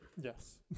Yes